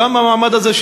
גם את המעמד הזה,